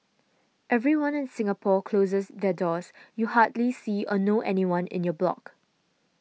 everyone in Singapore closes their doors you hardly see or know anyone in your block